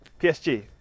PSG